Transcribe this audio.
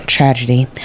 tragedy